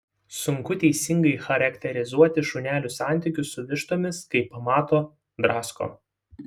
sunku teisingai charakterizuoti šunelių santykius su vištomis kai pamato drasko